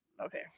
Okay